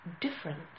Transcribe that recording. different